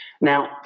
Now